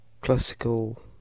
classical